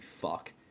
fuck